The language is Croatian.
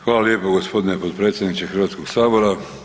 Hvala lijepo gospodine potpredsjedniče Hrvatskog sabora.